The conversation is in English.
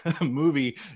movie